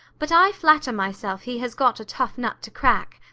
but i flatter myself he has got a tough nut to crack.